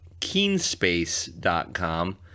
keenspace.com